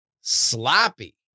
sloppy